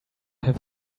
have